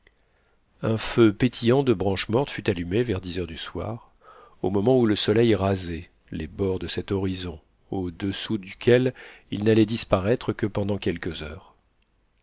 un feu pétillant de branches mortes fut allumé vers dix heures du soir au moment où le soleil rasait les bords de cet horizon au-dessous duquel il n'allait disparaître que pendant quelques heures